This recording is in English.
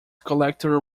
collector